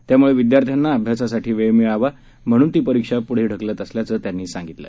त्यामुळे विद्यार्थ्यांना अभ्यासासाठी वेळ मिळावा म्हणून ती परीक्षा पुढं ढकलली असल्याचं त्यांनी सांगितलं